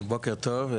בוקר טוב,